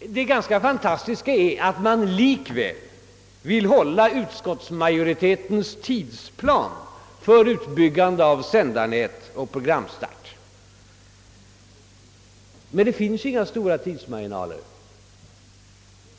Det fantastiska är att man likväl vill hålla sig inom den av utskottsmajoriteten fastställda tidsplanen för utbyggande av sändarnät och programstart. Men det finns inga stora tidsmarginaler.